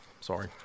Sorry